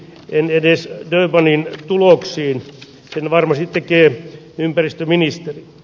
en edes ai vaniin tuloksiin sen varmasti tekee ympäristöministeri